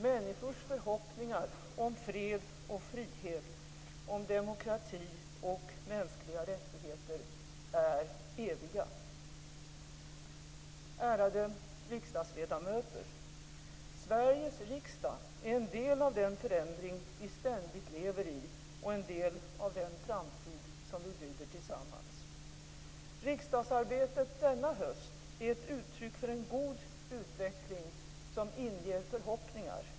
Människors förhoppningar om fred och frihet, om demokrati och mänskliga rättigheter är eviga. Ärade riksdagsledamöter! Sveriges riksdag är en del av den förändring vi ständigt lever i och en del av den framtid som vi bygger tillsammans. Riksdagsarbetet denna höst är ett uttryck för en god utveckling, som inger förhoppningar.